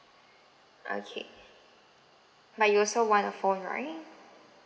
okay but you also want a phone right